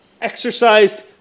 exercised